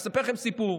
אספר לכם סיפור.